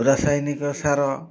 ରାସାୟନିକ ସାର